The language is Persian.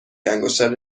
انگشتر